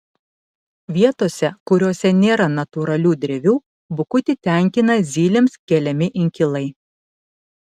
vietose kuriose nėra natūralių drevių bukutį tenkina zylėms keliami inkilai